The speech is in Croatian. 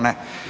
Ne?